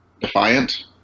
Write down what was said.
Defiant